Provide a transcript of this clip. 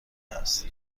هست